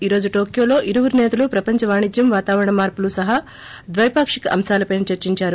ఈ రోజు టోక్యోలో ఇరువురు నేతలు ప్రపంచ వాణిజ్యం వాతావరణ మార్పులు సహా ద్వెపాక్షిక అంశాలపైనా దర్చిందారు